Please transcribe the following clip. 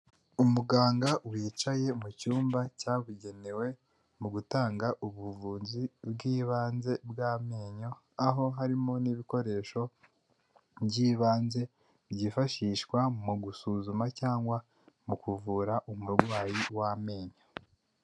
Umuganga wicaye mu cyumba cyabugenewe mu gutanga ubuvuzi bw'ibanze bw'amenyo aho harimo n'ibikoresho by'ibanze byifashishwa mu gusuzuma cyangwa mu kuvura umurwayi w'amenyo.